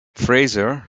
fraser